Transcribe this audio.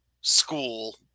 school